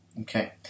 Okay